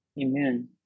Amen